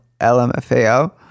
LMFAO